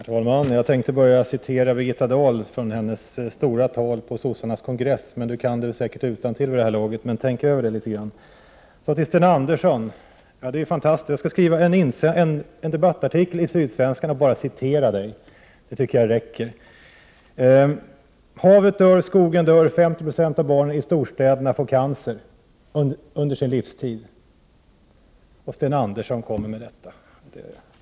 Herr talman! Egentligen hade jag tänkt att börja med att citera från Birgitta Dahls stora tal på socialdemokraternas kongress. Men kommunikationsministern kan det säkert utantill vid det här laget. Tänk i alla fall över det litet grand! Så till Sten Andersson i Malmö. Det är fantastiskt att ta del av det som sägs. Jag skall skriva en debattartikel i Sydsvenska Dagbladet och bara citera vad Sten Andersson har sagt. Det räcker. Havet dör. Skogen dör. 50 96 av barnen i storstäderna får cancer under sin livstid. Ändå kan Sten Andersson uttala sig som han gör.